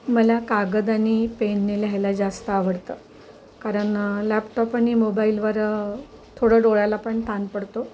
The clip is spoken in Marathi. मला कागद आणि पेनने लिहायला जास्त आवडतं कारण लॅपटॉप आणि मोबाईलवर थोडं डोळ्याला पण ताण पडतो